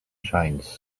shines